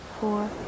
four